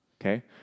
okay